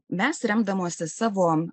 mes remdamosi savo